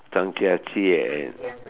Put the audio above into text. Zhangjiajie and